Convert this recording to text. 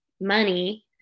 money